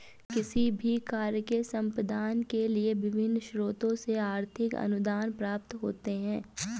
किसी भी कार्य के संपादन के लिए विभिन्न स्रोतों से आर्थिक अनुदान प्राप्त होते हैं